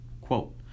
Quote